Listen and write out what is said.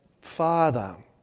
Father